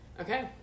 Okay